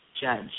judge